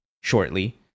shortly